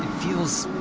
feels.